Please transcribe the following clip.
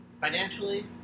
Financially